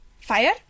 Fire